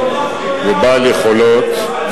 ובעל יכולות,